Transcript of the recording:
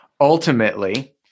Ultimately